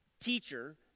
teacher